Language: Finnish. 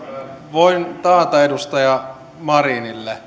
voin taata edustaja marinille